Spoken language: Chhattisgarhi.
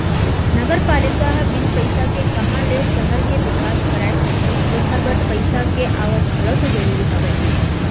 नगरपालिका ह बिन पइसा के काँहा ले सहर के बिकास कराय सकही ओखर बर पइसा के आवक घलौ तो जरूरी हवय